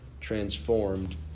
transformed